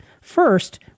First